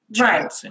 right